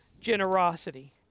generosity